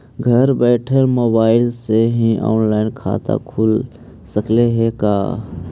घर बैठल मोबाईल से ही औनलाइन खाता खुल सकले हे का?